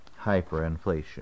hyperinflation